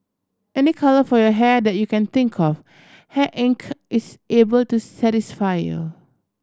any colour for your hair that you can think of Hair Inc is able to satisfy you